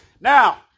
now